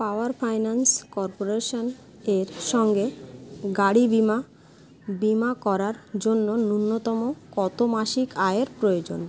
পাওয়ার finance কর্পোরেশনের সঙ্গে গাড়ি বিমা বিমা করার জন্য ন্যূনতম কতো মাসিক আয়ের প্রয়োজন